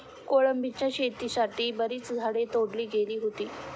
कोलंबीच्या शेतीसाठी बरीच झाडे तोडली गेली होती